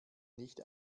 nicht